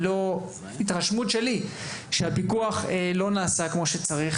לפי ההתרשמות שלי לא נעשה באופן ראוי.